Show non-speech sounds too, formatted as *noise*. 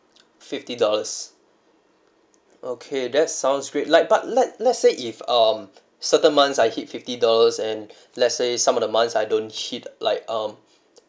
*noise* fifty dollars okay that sounds great like but let let's say if um certain months I hit fifty dollars and *breath* let's say some of the months I don't hit like um